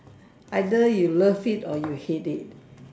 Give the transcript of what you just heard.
either you love it or you hate it